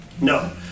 No